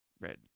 Red